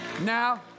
now